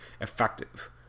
effective